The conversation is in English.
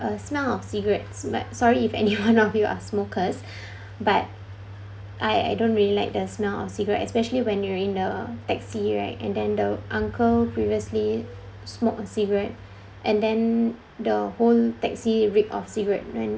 a smell of cigarettes like sorry if any one of you are smokers but I I don't really like the smell of cigarette especially when you're in a taxi right and then the uncle previously smoke a cigarette and then the whole taxi reek of cigarette then